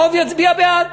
הרוב יצביע בעד.